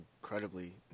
incredibly